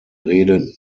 rede